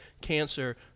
cancer